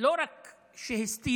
לא רק שהסתירו,